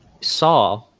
saw